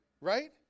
Right